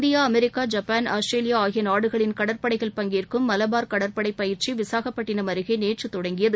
India America Japan Australia ஆகிய நாடுகளின் கடற்படைகள் பங்கேற்கும் மலாபார் கடற்படை பயிற்சி விசாகப்பட்டினம் அருகே நேற்று தொடங்கியது